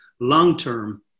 long-term